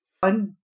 One